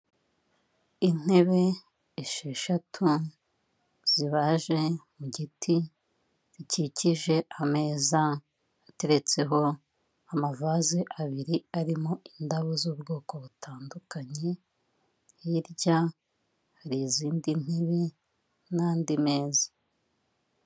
Intebe esheshatu zibaje mu giti gikikije ameza ateretseho amavase abiri arimo indabo z'ubwoko butandukanye, hirya hari izindi ntebe n'andi meza.